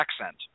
accent